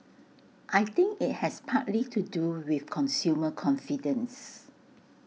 I think IT has partly to do with consumer confidence